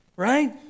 Right